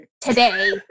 Today